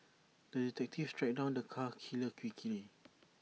the detective tracked down the cat killer quickly